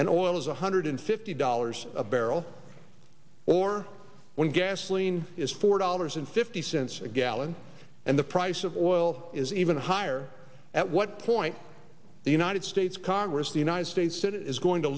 and oil is one hundred fifty dollars a barrel or when gasoline is four dollars and fifty cents a gallon and the price of oil is even higher at what point the united states congress the united states it is going to